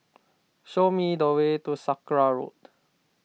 show me the way to Sakra Road